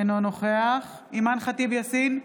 אינו נוכח אימאן ח'טיב יאסין,